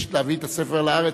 מבקשת להביא את הספר לארץ,